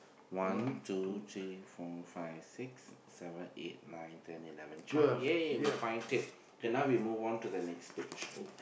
one two three four five six seven eight nine ten eleven twelve yay we find it kay now we move on to the next page